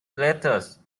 lettuce